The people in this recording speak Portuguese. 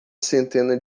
centena